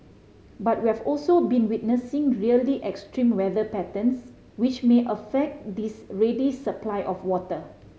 but we've also been witnessing really extreme weather patterns which may affect this ready supply of water